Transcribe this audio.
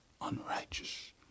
Unrighteous